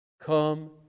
Come